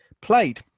played